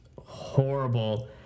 horrible